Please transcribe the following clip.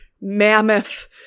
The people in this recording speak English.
mammoth